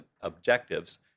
objectives